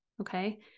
Okay